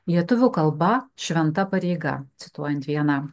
lietuvių kalba šventa pareiga cituojant vieną